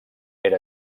era